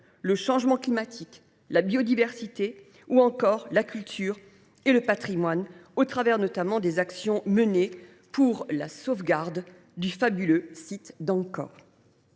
le changement climatique, la biodiversité ou encore la culture et le patrimoine, au travers notamment des actions menées pour la sauvegarde du fabuleux site d’Angkor.